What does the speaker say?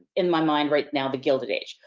in my mind right now the gilded age.